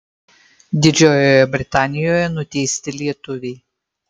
didžiojoje britanijoje nuteisti lietuviai